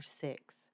six